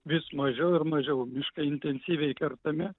vis mažiau ir mažiau miškai intensyviai kertami